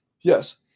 Yes